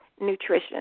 nutrition